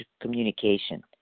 communication